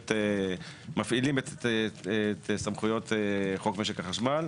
שכאשר מפעילים את סמכויות חוק משק החשמל,